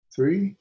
Three